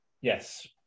Yes